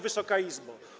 Wysoka Izbo!